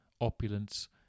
opulence